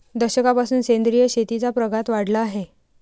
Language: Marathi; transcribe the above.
दशकापासून सेंद्रिय शेतीचा प्रघात वाढला आहे